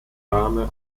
dame